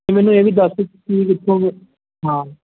ਅਤੇ ਮੈਨੂੰ ਇਹ ਵੀ ਦੱਸ ਹਾਂ